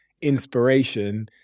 inspiration